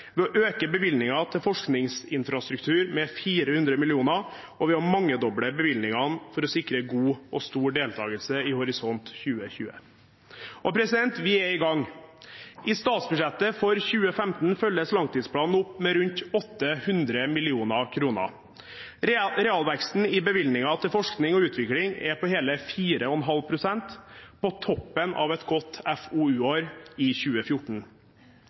ved å øke bevilgningen til forskningsinfrastruktur med 400 mill. kr og ved å mangedoble bevilgningene for å sikre stor og god deltakelse i Horisont 2020. Vi er i gang. I statsbudsjettet for 2015 følges langtidsplanen opp med rundt 800 mill. kr. Realveksten i bevilgninger til forskning og utvikling er på hele 4,5 pst. på toppen av et godt FoU-år i 2014.